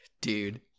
dude